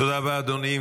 תודה רבה, אדוני.